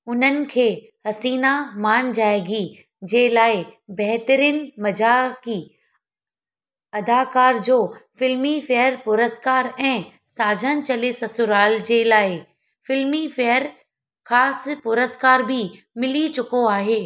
उन्हनि खे हसीना मान जाएगी जे लाइ बहितरीन मज़ाकी अदाकार जो फिल्मी फेयर पुरस्कार ऐं साजन चले ससुराल जे लाइ फिल्मी फेयर ख़ासि पुरस्कार बि मिली चुको आहे